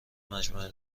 مجموعه